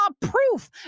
proof